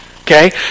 Okay